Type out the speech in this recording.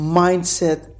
mindset